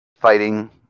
fighting